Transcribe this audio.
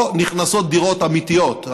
פה נכנסות דירות אמיתיות,